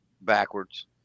backwards